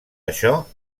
això